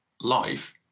life